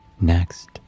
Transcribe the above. Next